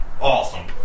Awesome